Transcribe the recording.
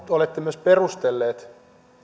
olette myös perustelleet